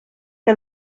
que